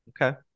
Okay